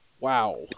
Wow